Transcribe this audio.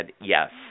yes